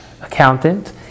accountant